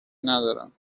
ندارم